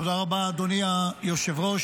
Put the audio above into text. תודה רבה, אדוני היושב-ראש.